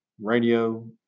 radio